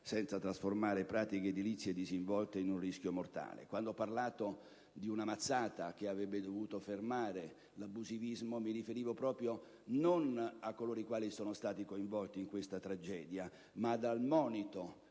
senza che pratiche edilizie disinvolte si trasforminoin un rischio mortale. Quando ho parlato di una "mazzata" che avrebbe dovuto fermare l'abusivismo, intendevo riferirmi non a coloro i quali sono stati coinvolti in questa tragedia, ma al monito